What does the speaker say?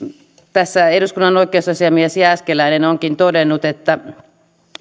tässä eduskunnan oikeusasiamies jääskeläinen onkin todennut että